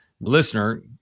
listener